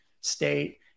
state